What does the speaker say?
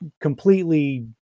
completely